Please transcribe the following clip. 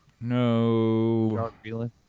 No